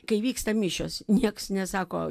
kai vyksta mišios nieks nesako